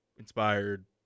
inspired